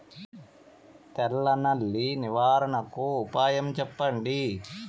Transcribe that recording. తెల్ల నల్లి నివారణకు ఉపాయం చెప్పండి?